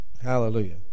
Hallelujah